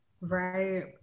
right